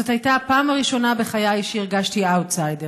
זאת הייתה הפעם הראשונה בחיי שהרגשתי אאוטסיידר,